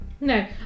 no